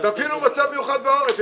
תפעילו מצב מיוחד בעורף.